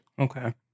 Okay